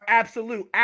absolute